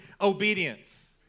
obedience